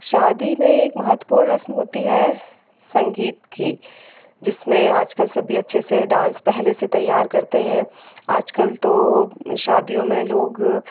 शादी में एक महत्त्वपूर्ण रस्म होती है संगीत की जिसमें आज कल सभी अच्छे से डांस पहले से तैयार करते हैं आज कल तो शादियों में लोग